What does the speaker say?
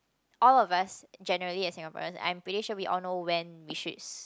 all of us generally as Singaporean I'm pretty sure we all know when we should